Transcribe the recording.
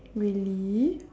really